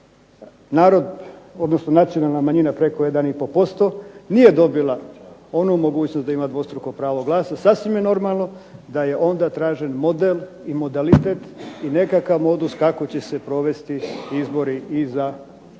odnosno nacionalna manjina preko 1,5% nije dobila onu mogućnost da ima dvostruko pravo glasa, sasvim je normalno da je onda tražen model i modalitet i nekakav modus kako će se provesti izbori i za